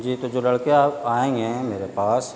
جی تو جو لڑکے آ آئیں گے میرے پاس